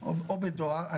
או בדואר.